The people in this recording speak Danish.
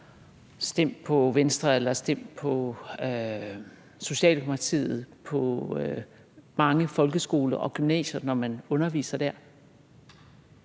»Stem på Venstre« eller »Stem på Socialdemokratiet« på mange folkeskoler og gymnasier, når man underviser dér?